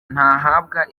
ntahabwa